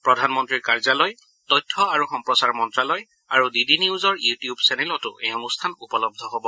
প্ৰধানমন্ত্ৰীৰ কাৰ্যালয় তথ্য আৰু সম্প্ৰচাৰ মন্তালয় আৰু ডি ডি নিউজৰ ইউটিউব চেনেলতো এই অনুষ্ঠান উপলধ্ধ হ'ব